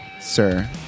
sir